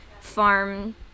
farm